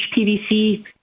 PVC